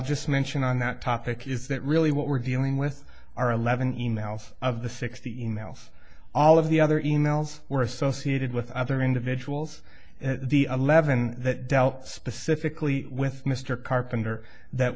just mention on that topic is that really what we're dealing with are eleven e mails of the sixty e mails all of the other e mails were associated with other individuals the eleven that dealt specifically with mr carpenter that